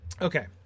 Okay